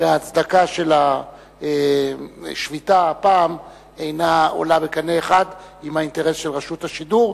וההצדקה של השביתה הפעם אינם עולים בקנה אחד עם האינטרס של רשות השידור,